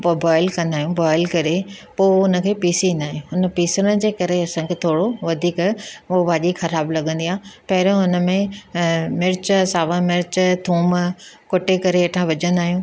पोइ बॉइल कंदा आहियूं बॉइल करे पोइ उनखे पीसींदा आहियूं हुन पीसण जे करे असांखे थोरो वधीक उहो भाॼी ख़राबु लॻंदी आहे पहिरियों उन में अ मिर्चु सावा मिर्चु थूम कुटे करे हेठां विझंदा आहियूं